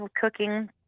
cooking